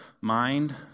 mind